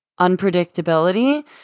unpredictability